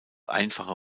einfache